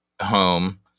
home